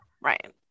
right